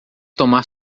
tomar